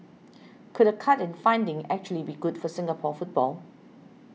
could a cut in funding actually be good for Singapore football